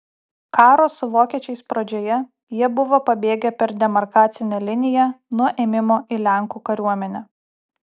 karo su vokiečiais pradžioje jie buvo pabėgę per demarkacinę liniją nuo ėmimo į lenkų kariuomenę